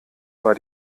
war